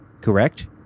correct